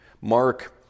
Mark